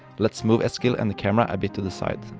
let's move eskild and the camera a bit to the side.